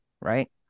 right